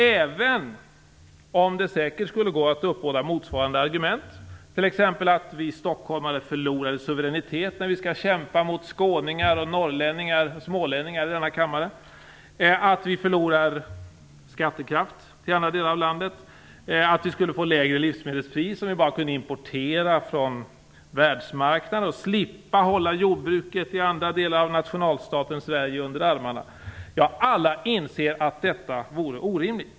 Detta trots att det säkert skulle gå att uppbåda motsvarande argument, t.ex. att vi stockholmare skulle förlora i suveränitet när vi i denna kammare kämpade mot skåningar, norrlänningar och smålänningar, att vi skulle förlora skattekraft till andra delar av landet, att vi skulle få lägre livsmedelspriser om vi bara kunde importera från världsmarknaden och slapp hålla jordbruket under armarna i andra delar av nationalstaten Sverige. Alla inser att detta vore orimligt.